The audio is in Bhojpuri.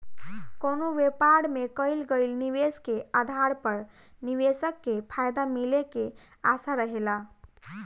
कवनो व्यापार में कईल गईल निवेश के आधार पर निवेशक के फायदा मिले के आशा रहेला